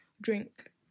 drink